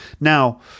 Now